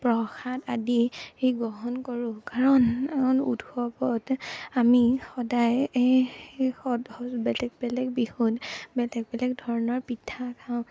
প্ৰসাদ আদি ই গ্ৰহণ কৰোঁ কাৰণ উৎসৱত আমি সদায় সদ বেলেগ বেলেগ বিহুত বেলেগ বেলেগ ধৰণৰ পিঠা খাওঁ